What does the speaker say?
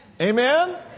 Amen